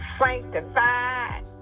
sanctified